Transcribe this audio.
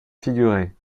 figurer